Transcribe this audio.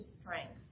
strength